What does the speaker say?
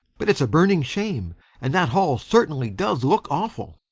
but it's a burning shame and that hall certainly does look awful.